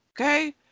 Okay